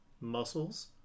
Muscles